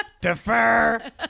Defer